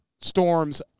Storm's